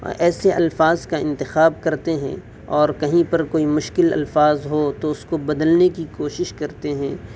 ایسے الفاظ کا انتخاب کرتے ہیں اور کہیں پر کوئی مشکل الفاظ ہوں تو اس کو بدلنے کی کوشش کرتے ہیں